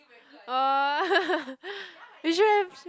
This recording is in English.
!wah! you should have sh~